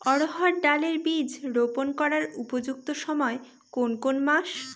অড়হড় ডাল এর বীজ রোপন করার উপযুক্ত সময় কোন কোন মাস?